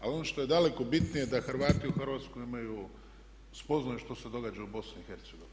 Ali ono što je daleko bitnije da Hrvati u Hrvatskoj imaju spoznaje što se događa u BiH.